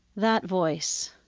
that voice,